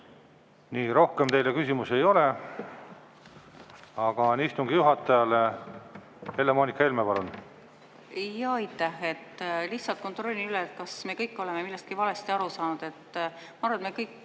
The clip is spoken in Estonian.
Rohkem teile küsimusi ei ole. Aga on istungi juhatajale. Helle-Moonika Helme, palun! Aitäh! Ma lihtsalt kontrollin üle, kas me kõik oleme millestki valesti aru saanud. Ma arvan, et me kõik